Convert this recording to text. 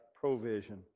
provision